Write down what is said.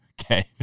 Okay